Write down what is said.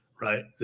right